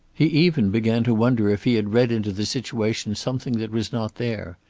he even began to wonder if he had read into the situation something that was not there,